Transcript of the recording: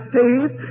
faith